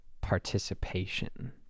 participation